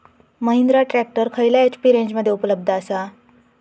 Mahindra tractor खयल्या HP रेंजमध्ये उपलब्ध आसा?